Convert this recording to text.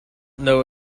know